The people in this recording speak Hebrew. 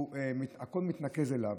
הכול מתנקז אליהם.